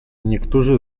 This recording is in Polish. niektórzy